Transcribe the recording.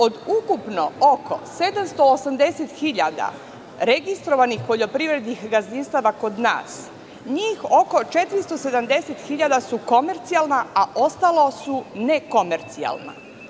Od ukupno oko 780.000 registrovanih poljoprivrednih gazdinstava kod nas, njih oko 470.000 su komercijalna, a ostalo su nekomercijalna.